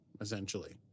essentially